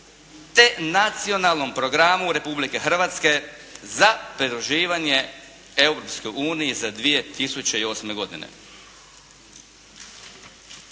te Nacionalnom programu Republike Hrvatske za pridruživanje Europskoj uniji za 2008. godine.